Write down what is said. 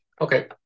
Okay